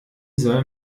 soll